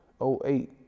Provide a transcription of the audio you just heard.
08